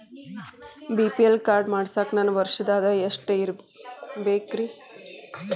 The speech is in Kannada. ಬಿ.ಪಿ.ಎಲ್ ಕಾರ್ಡ್ ಮಾಡ್ಸಾಕ ನನ್ನ ವರ್ಷದ್ ಆದಾಯ ಎಷ್ಟ ಇರಬೇಕ್ರಿ?